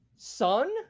Son